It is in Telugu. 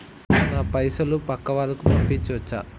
నా పైసలు పక్కా వాళ్ళకు పంపియాచ్చా?